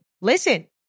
listen